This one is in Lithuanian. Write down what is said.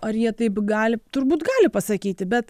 ar jie taip gali turbūt gali pasakyti bet